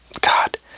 God